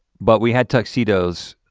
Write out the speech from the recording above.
but we had tuxedos.